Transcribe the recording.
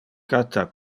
cata